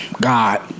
God